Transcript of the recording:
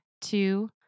two